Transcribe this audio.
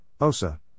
Osa